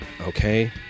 Okay